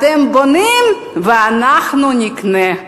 אתם בונים ואנחנו נקנה.